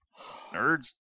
Nerds